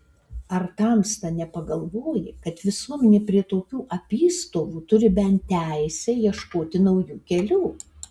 ar tamsta nepagalvoji kad visuomenė prie tokių apystovų turi bent teisę ieškoti naujų kelių